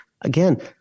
again